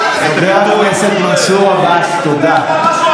חבר הכנסת מנסור עבאס, תודה.